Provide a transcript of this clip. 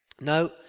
No